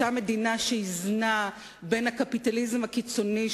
אותה מדינה שאיזנה בין הקפיטליזם הקיצוני,